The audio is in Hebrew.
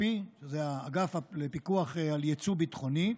אפ"י, אגף לפיקוח על יצוא ביטחוני,